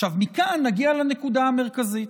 מכאן נגיע לנקודה המרכזית.